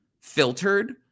filtered